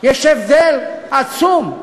יש הבדל עצום: